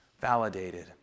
validated